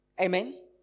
Amen